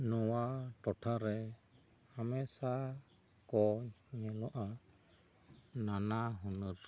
ᱱᱚᱣᱟ ᱴᱚᱴᱷᱟ ᱨᱮ ᱦᱟᱢᱮᱥᱟ ᱠᱚ ᱧᱮᱞᱚᱜᱼᱟ ᱱᱟᱱᱟ ᱦᱩᱱᱟᱹᱨ